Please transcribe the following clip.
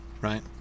right